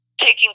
taking